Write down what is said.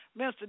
Mr